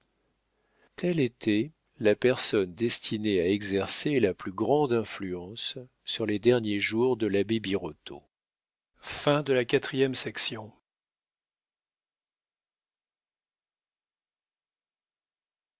telle était la personne destinée à exercer la plus grande influence sur les derniers jours de l'abbé birotteau